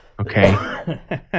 okay